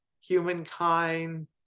humankind